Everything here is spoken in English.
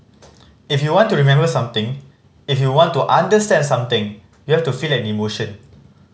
if you want to remember something if you want to understand something you have to feel an emotion